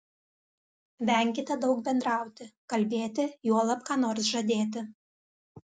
venkite daug bendrauti kalbėti juolab ką nors žadėti